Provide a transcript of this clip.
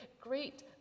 Great